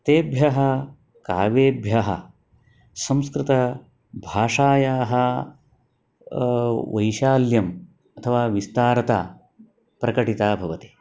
तेभ्यः कविभ्यः संस्कृतभाषायाः वैशाल्यम् अथवा विस्तारता प्रकटिता भवति